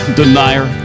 denier